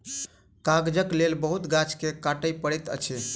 कागजक लेल बहुत गाछ के काटअ पड़ैत अछि